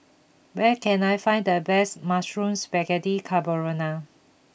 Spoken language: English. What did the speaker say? where can I find the best Mushroom Spaghetti Carbonara